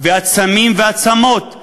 והצמים והצמות,